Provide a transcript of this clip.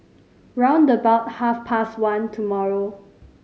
round about half past one tomorrow